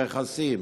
ברכסים,